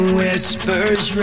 whispers